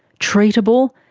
treatable,